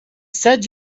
said